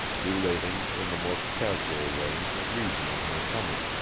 relating in the most casual way the reason of my coming.